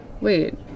Wait